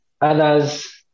others